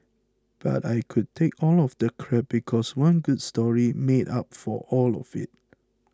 but I could take all the crap because one good story made up for all of it